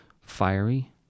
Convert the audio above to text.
fiery